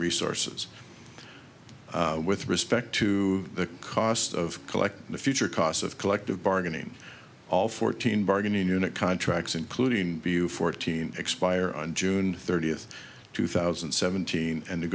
resources with respect to the cost of collecting the future costs of collective bargaining all fourteen bargaining unit contracts including view fourteen expire on june thirtieth two thousand and seventeen and